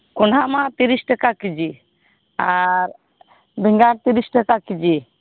ᱠᱚᱸᱰᱷᱟ ᱢᱟ ᱛᱤᱨᱤᱥ ᱴᱟᱠᱟ ᱠᱮᱡᱤ ᱟᱨ ᱵᱮᱸᱜᱟᱧ ᱛᱤᱨᱤᱥ ᱴᱟᱠᱟ ᱠᱮᱡᱤ